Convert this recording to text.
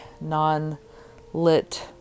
non-lit